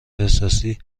احساسی